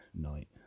night